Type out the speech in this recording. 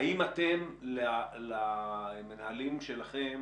האם אתם למנהלים שלכם